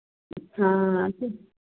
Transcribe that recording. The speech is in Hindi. हाँ